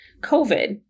COVID